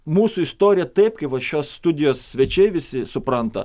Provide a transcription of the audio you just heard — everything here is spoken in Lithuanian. mūsų istoriją taip kaip va šios studijos svečiai visi supranta